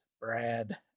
Brad